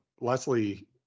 Leslie